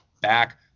back